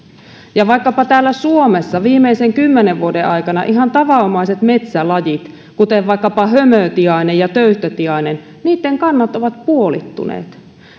ja vaikkapa täällä suomessa viimeisen kymmenen vuoden aikana ihan tavanomaisten metsälajien kuten vaikkapa hömötiaisen ja töyhtötiaisen kannat ovat puolittuneet